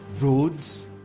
Roads